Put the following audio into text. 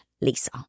Lisa